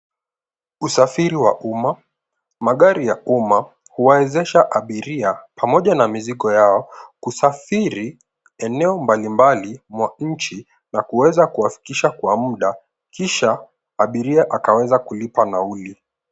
Usafiri wa umma. Magari ya umma huwezesha abiria pamoja na mizigo yao kusafiri eneo mbalimbali mwa nchi na kuweza kuwafikisha kwa muda kisha abiria akaweza kulipa nauli.